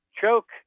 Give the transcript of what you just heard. choke